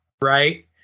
right